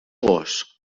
gos